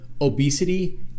obesity